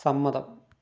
സമ്മതം